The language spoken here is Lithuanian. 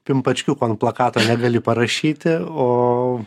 pimpačkiuko ant plakato negali parašyti o